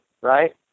right